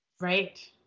Right